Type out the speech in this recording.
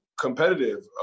competitive